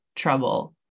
trouble